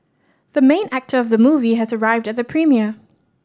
the main actor of the movie has arrived at the premiere